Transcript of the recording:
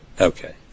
Okay